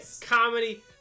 Comedy